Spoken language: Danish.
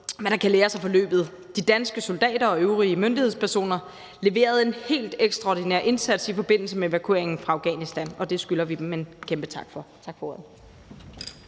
hvad der kan læres af forløbet. De danske soldater og øvrige myndighedspersoner leverede en helt ekstraordinær indsats i forbindelse med evakueringen fra Afghanistan, og det skylder vi dem en kæmpe tak for. Tak for ordet.